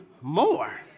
more